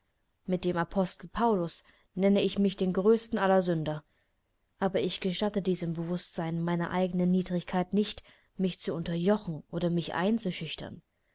mit dem apostel paulus nenne ich mich den größten aller sünder aber ich gestatte diesem bewußtsein meiner eigenen niedrigkeit nicht mich zu unterjochen oder mich einzuschüchtern